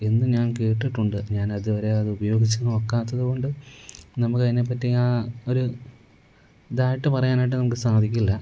എന്നു ഞാൻ കേട്ടിട്ടുണ്ട് ഞാനിതുവരെ അത് ഉപയോഗിച്ച് നോക്കാത്തത് കൊണ്ട് നമുക്കതിനെ പറ്റി ആ ഒരു ഇതായിട്ട് പറയാനായിട്ട് നമുക്ക് സാധിക്കില്ല